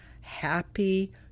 happy